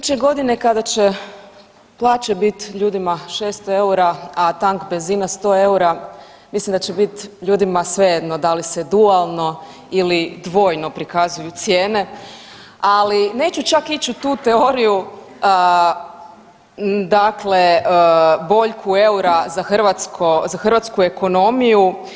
Iduće godine kada će plaće bit ljudima 600 eura, a tank benzina 100 eura mislim da će biti ljudima svejedno da li se dualno ili dvojno prikazuju cijene, ali neću čak ić u tu teoriju dakle boljku eura za hrvatsku ekonomiju.